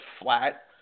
flat